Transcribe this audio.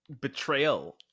betrayal